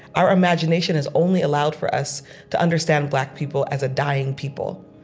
our imagination has only allowed for us to understand black people as a dying people.